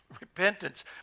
repentance